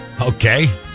Okay